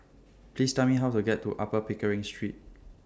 Please Tell Me How to get to Upper Pickering Street